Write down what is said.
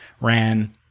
RAN